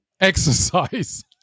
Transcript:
Exercise